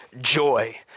joy